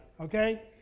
Okay